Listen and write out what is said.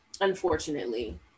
unfortunately